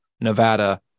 Nevada